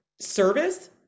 service